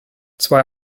zwei